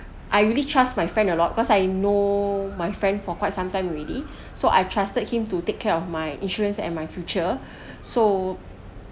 I really trust my friend a lot because I know my friend for quite some time already so I trusted him to take care of my insurance and my future so